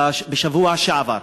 בשבוע שעבר.